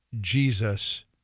Jesus